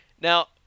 Now